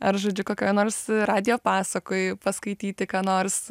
ar žodžiu kokioje nors radijo pasakoj paskaityti ką nors